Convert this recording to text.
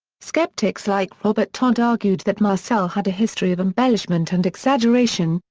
skeptics like robert todd argued that marcel had a history of embellishment and exaggeration,